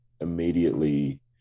immediately